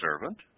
servant